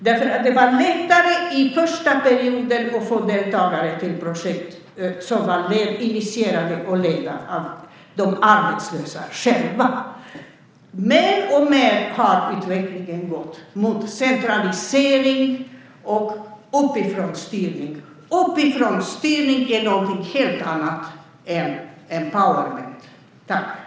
I den första perioden var det lättare att få deltagare till projekt som var väl initierade och ledda av de arbetslösa själva. Mer och mer har utvecklingen gått mot centralisering och uppifrånstyrning. Uppifrånstyrning är någonting helt annat än "empowerment".